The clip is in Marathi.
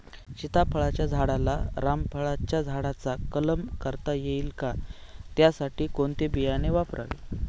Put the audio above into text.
सीताफळाच्या झाडाला रामफळाच्या झाडाचा कलम करता येईल का, त्यासाठी कोणते बियाणे वापरावे?